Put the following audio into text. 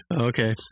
Okay